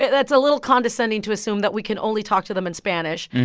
that's a little condescending to assume that we can only talk to them in spanish.